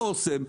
לא אסם.